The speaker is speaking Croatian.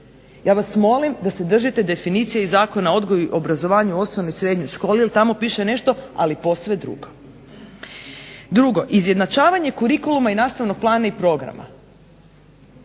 Ja vas molim da se držite definicije iz Zakona o odgoju i obrazovanju u osnovnoj i srednjoj školi jer tamo piše nešto ali posve drugo. Drugo, izjednačavanje curiculluma i nastavnog plana i programa